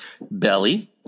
belly